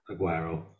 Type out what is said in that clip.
Aguero